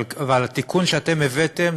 ועל התיקון שאתם הבאתם,